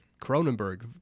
Cronenberg